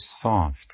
soft